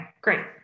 great